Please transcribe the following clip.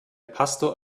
pastor